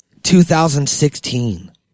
2016